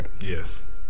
Yes